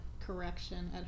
correction